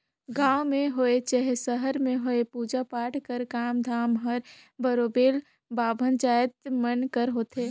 गाँव में होए चहे सहर में होए पूजा पाठ कर काम धाम हर बरोबेर बाभन जाएत मन कर होथे